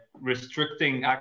restricting